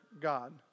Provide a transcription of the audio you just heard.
God